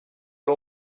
ari